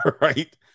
right